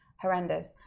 horrendous